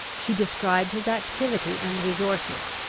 she described his activity and resources,